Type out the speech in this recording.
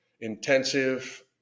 intensive